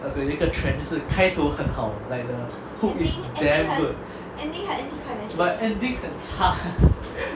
有一个 trend 就是开头很好 like the hook is damn good but ending 很差